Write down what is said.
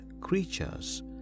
creatures